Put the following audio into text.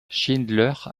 schindler